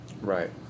Right